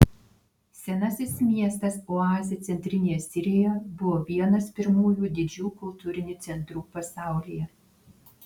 senasis miestas oazė centrinėje sirijoje buvo vienas pirmųjų didžių kultūrinių centrų pasaulyje